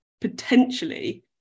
potentially